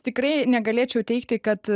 tikrai negalėčiau teigti kad